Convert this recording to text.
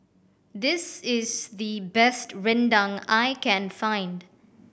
this is the best rendang I can find